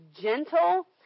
gentle